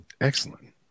Excellent